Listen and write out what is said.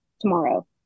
tomorrow